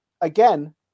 again